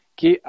que